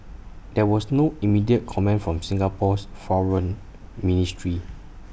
there was no immediate comment from Singapore's foreign ministry